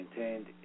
maintained